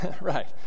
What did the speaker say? Right